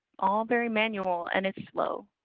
all very manual, and it's slow.